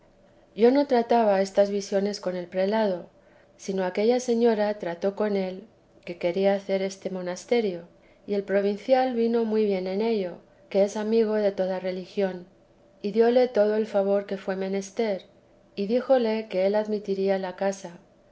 yo no trataba estas visiones con el perlado sino aquella señora trató con él que quería hacer este monasterio y el provincial vino muy bien en ello que es amigo de toda religión y dióle todo el favor que fué menester y díjole que él admitiría la casa